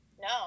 No